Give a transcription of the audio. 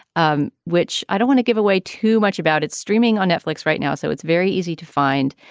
um which i don't want to give away too much about. it's streaming on netflix right now. so it's very easy to find.